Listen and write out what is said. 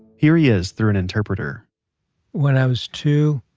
here he is through an interpreter when i was two,